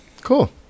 Cool